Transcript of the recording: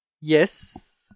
Yes